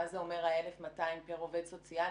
מה זה אומר 1,200 פר עובד סוציאלי.